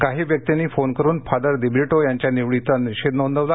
काही व्यर्तींनी फोन करुन फादर दिब्रिटो यांच्या निवडीचा निषेध नोंदवला